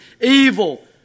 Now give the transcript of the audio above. evil